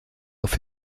auf